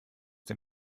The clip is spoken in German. den